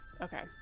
Okay